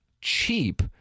cheap